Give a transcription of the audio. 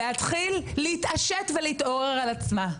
להתחיל להתעשת ולהתעורר על עצמה.